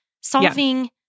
solving